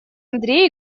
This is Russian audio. андрей